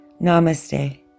Namaste